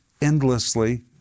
endlessly